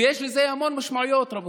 ויש לזה המון משמעויות, רבותיי: